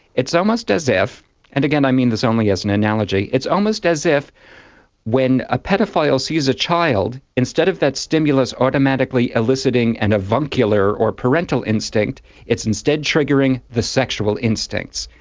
it's almost as if, and again i mean this only as an analogy, it's almost as if when a paedophile sees a child, instead of that stimulus automatically eliciting an avuncular or parental instinct it's instead triggering the sexual instincts.